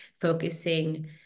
focusing